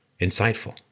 insightful